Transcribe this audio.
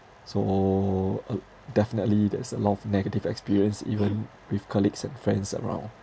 so uh definitely that's a lot of negative experience even with colleagues and friends around